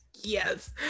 yes